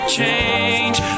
change